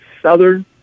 Southern